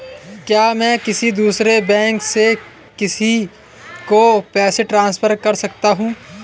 क्या मैं किसी दूसरे बैंक से किसी को पैसे ट्रांसफर कर सकता हूं?